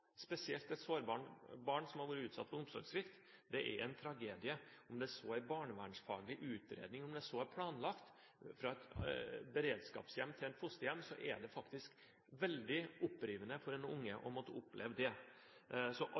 spesielt et sårbart barn som har vært utsatt for omsorgssvikt, er en tragedie. Om det så er barnevernsfaglig utredning, om det så er planlagt fra et beredskapshjem til et fosterhjem, er det faktisk veldig opprivende for en unge å måtte oppleve det. Så